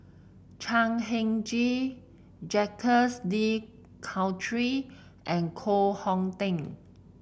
Chan Heng Chee Jacques De Coutre and Koh Hong Teng